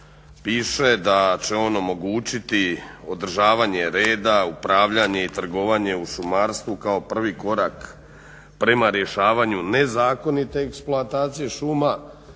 piše da će on omogućiti održavanje reda, upravljanje i trgovanje u šumarstvu kao prvi korak nerješavanju nezakonite eksploatacije šuma.